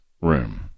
room